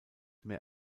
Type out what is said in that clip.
mehr